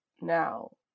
now